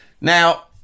now